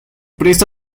presta